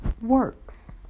works